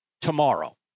tomorrow